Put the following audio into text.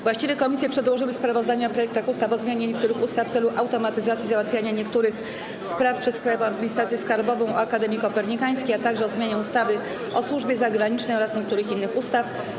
Właściwe komisje przedłożyły sprawozdania o projektach ustaw: - o zmianie niektórych ustaw w celu automatyzacji załatwiania niektórych spraw przez Krajową Administrację Skarbową, - o Akademii Kopernikańskiej, - o zmianie ustawy o służbie zagranicznej oraz niektórych innych ustaw.